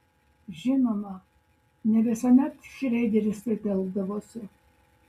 žinoma ne visuomet šreideris taip elgdavosi